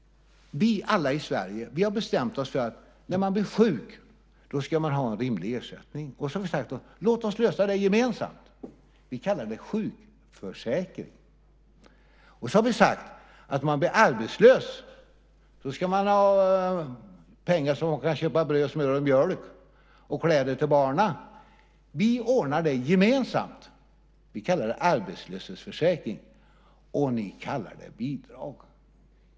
Vi i Sverige har bestämt oss för att när man blir sjuk ska man ha en rimlig ersättning. Och vi har sagt: Låt oss lösa det gemensamt. Vi kallar det för sjukförsäkring. Vi har också sagt att när man blir arbetslös ska man ha pengar så att man kan köpa bröd, smör och mjölk och kläder till barnen och att vi ordnar det gemensamt. Vi kallar det för arbetslöshetsförsäkring. Ni kallar det för bidrag.